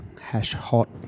hash-hot